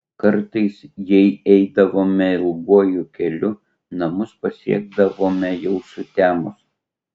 kartais jei eidavome ilguoju keliu namus pasiekdavome jau sutemus